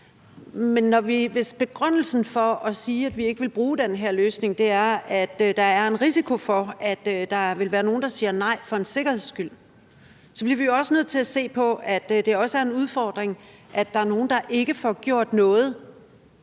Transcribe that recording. men hvis begrundelsen for at sige, at vi ikke vil bruge den løsning, er, at der er en risiko for, at der er nogen, der for en sikkerheds skyld vil sige nej, bliver vi også nødt til at se på, at det også er en udfordring, at der er nogen, der ikke får gjort noget,